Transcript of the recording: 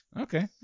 Okay